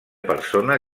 persona